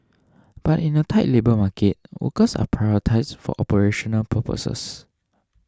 but in a tight labour market workers are prioritised for operational purposes